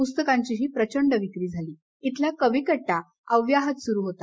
प्स्तकांचीही प्रचंड विक्री झाली इथला कवी कट्टा अव्याहत सुरू होता